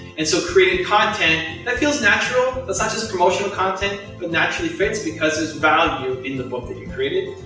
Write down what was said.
and so, creating content that feels natural, that's not just promotional content, but naturally fits, because its value in the book that you created.